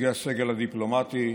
נציגי הסגל הדיפלומטי,